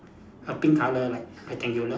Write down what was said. a pink colour like rectangular